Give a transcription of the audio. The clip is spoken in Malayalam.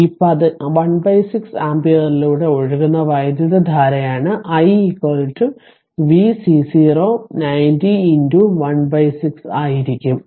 അതിനാൽ ഈ 16 ആമ്പിയറിലൂടെ ഒഴുകുന്ന വൈദ്യുതധാരയാണ് i v C0 90 16 ആയിരിക്കും